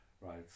right